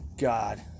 God